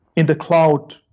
in the cloud.